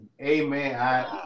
Amen